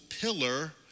pillar